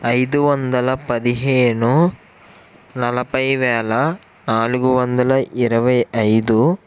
ఐదు వందల పదిహేను నలభై వేల నాలుగు వందల ఇరవై ఐదు